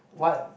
what